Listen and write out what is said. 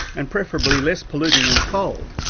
and preferably less polluting than coal.